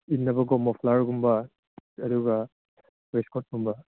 ꯏꯟꯅꯕꯀꯣ ꯃꯣꯐ꯭ꯂꯔꯒꯨꯝꯕ ꯑꯗꯨꯒ ꯋꯦꯁꯀꯣꯠꯀꯨꯝꯕ